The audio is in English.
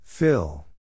Fill